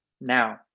now